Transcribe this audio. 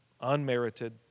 unmerited